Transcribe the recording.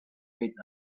eight